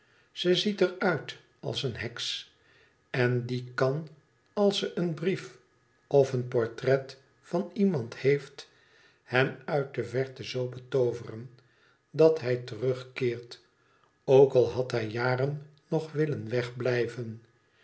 ze ziet er uit als een heks en die kan als ze een brief of een portret van iemand heeft hem uit de verte zoo betooveren dat hij terug keert ook ai had hij jaren nog willen wegblijven